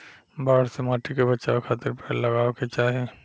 बाढ़ से माटी के बचावे खातिर पेड़ लगावे के चाही